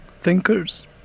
thinkers